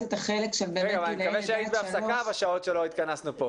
אני מקווה שבהפסקות שלנו גם את יצאת להפסקה.